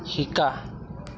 শিকা